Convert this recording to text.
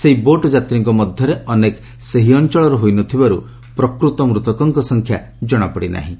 ସେହି ବୋଟ୍ ଯାତ୍ରୀଙ୍କ ମଧ୍ୟରେ ଅନେକ ସେହି ଅଞ୍ଚଳର ହୋଇ ନ ଥିବାରୁ ପ୍ରକୃତ ମୃତକଙ୍କ ସଂଖ୍ୟା ଜଣାପଡ଼ି ନାହିଁ